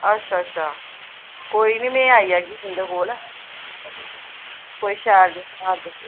अच्छा अच्छा ते कोई निं में आई जाह्गी तुंदे कोल कोई शैल जेहा